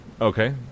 Okay